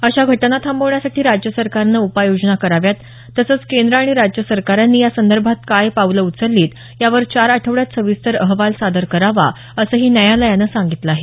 अशा घटना थांबवण्यासाठी राज्य सरकारनं उपाय योजना कराव्यात तसंच केंद्र आणि राज्य सरकारांनी या संदर्भात काय पावलं उचललीत यावर चार आठवड्यात सविस्तर अहवाल सादर करावा असंही न्यायालयानं सांगितलं आहे